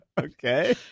Okay